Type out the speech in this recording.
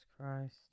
Christ